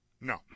No